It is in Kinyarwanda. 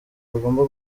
bagomba